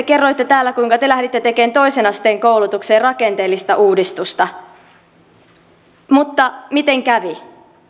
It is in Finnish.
kerroitte täällä kuinka te lähditte tekemään toisen asteen koulutukseen rakenteellista uudistusta mutta miten kävi